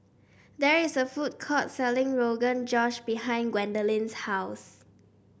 there is a food court selling Rogan Josh behind Gwendolyn's house